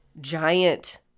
giant